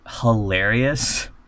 hilarious